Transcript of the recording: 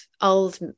old